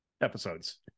episodes